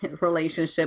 relationship